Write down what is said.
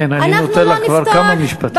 כן, אני נותן לך כבר כמה משפטים.